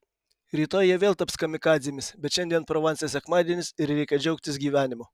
rytoj jie vėl taps kamikadzėmis bet šiandien provanse sekmadienis ir reikia džiaugtis gyvenimu